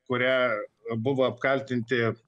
kuria buvo apkaltinti